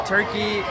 Turkey